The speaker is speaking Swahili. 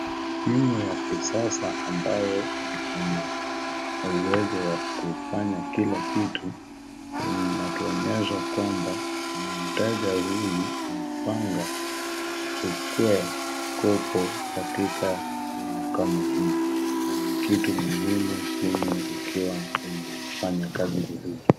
Simu ya kisasa ambayo iko na uwezo wa kufanya kila kitu inatuonyesha kwamba mteja huyu anapanga achukue kopo katika simu kama hii na ni kitu muhimu simu ikiwa inafanya kazi vizuri.